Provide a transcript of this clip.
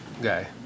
guy